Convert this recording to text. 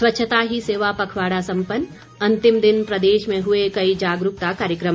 स्वच्छता ही सेवा पखवाड़ा सम्पन्न अंतिम दिन प्रदेश में हुए कई जागरूकता कार्यक्रम